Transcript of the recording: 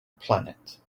planet